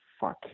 fuck